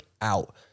out